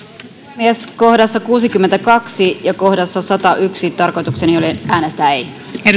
puhemies kohdassa kuusikymmentäkaksi ja kohdassa satayksi tarkoitukseni oli äänestää ei